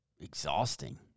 exhausting